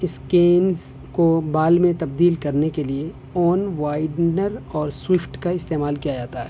scans کو بال میں تبدیل کرنے کے لیے اون وائڈنر اور سوئفٹ کا استعمال کیا جاتا ہے